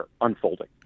unfolding